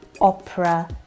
opera